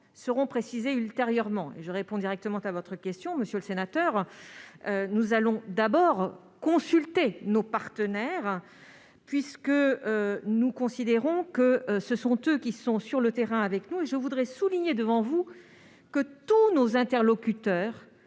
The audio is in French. seront précisés ultérieurement. Je réponds directement à votre question, monsieur le sénateur : nous allons d'abord consulter nos partenaires, puisque ce sont eux qui sont sur le terrain avec nous. Je voudrais souligner devant vous que tous nos interlocuteurs